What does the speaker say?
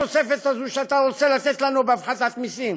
התוספת הזו שאתה רוצה לתת לנו בהפחתת מסים,